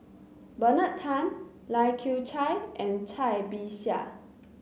Bernard Tan Lai Kew Chai and Cai Bixia